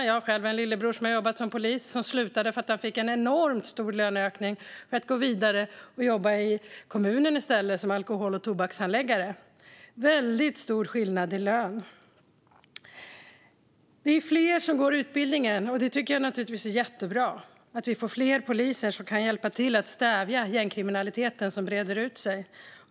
Jag har själv en lillebror som har jobbat som polis men som slutade för att han fick en enormt stor löneökning när han gick vidare för att i stället jobba i kommunen som alkohol och tobakshandläggare. Det blev väldigt stor skillnad i lön. Det är fler som går utbildningen, och det tycker jag naturligtvis är jättebra. Vi får fler poliser som kan hjälpa till att stävja gängkriminaliteten som breder ut sig.